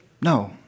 No